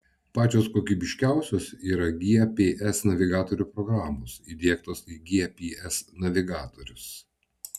pačios kokybiškiausios yra gps navigatorių programos įdiegtos į gps navigatorius